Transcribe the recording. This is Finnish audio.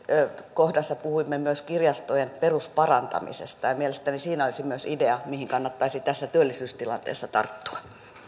kohdassa puhuimme myös kirjastojen perusparantamisesta ja ja mielestäni siinä olisi myös idea mihin kannattaisi tässä työllisyystilanteessa tarttua